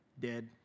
dead